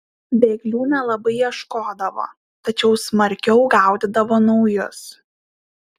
bėglių nelabai ieškodavo tačiau smarkiau gaudydavo naujus